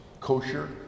Kosher